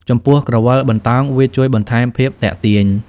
ចំពោះក្រវិលបណ្តោង វាជួយបន្ថែមភាពទាក់ទាញ។